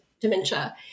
dementia